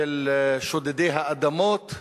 של שודדי האדמות,